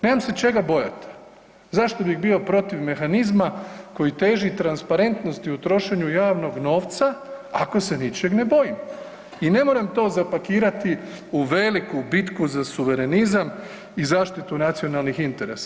Nemam se čega bojati, zašto bih bio protiv mehanizma koji teži transparentnosti u trošenju javnog novca ako se ničeg ne bojim i ne moram to zapakirati u veliku bitku za suverenizam i zaštitu nacionalnih interesa.